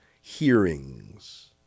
hearings